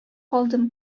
калдым